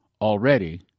already